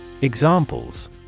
Examples